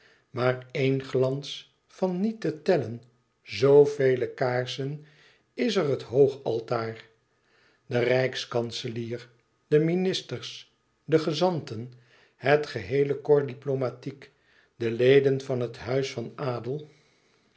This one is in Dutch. maar één glans van niet te tellen zoovele kaarsen is er het hoogaltaar de rijkskanselier de ministers de gezanten het geheele corps diplomatique de leden van het huis van adel